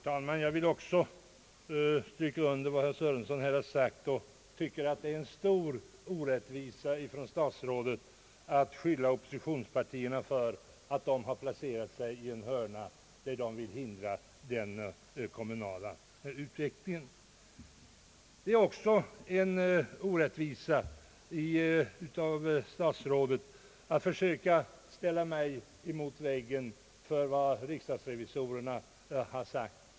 Herr talman! Jag vill stryka under vad herr Sörenson här har sagt. Jag tycker det är i hög grad orättvist av statsrådet Lundkvist att beskylla oppositionspartierna för att ha placerat sig i en hörna, där de vill hindra den kom Ang. ändring i kommunindelningen munala utvecklingen. Det är också orättvist av statsrådet att försöka ställa mig mot väggen för vad riksdagsrevisorerna har sagt.